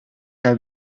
have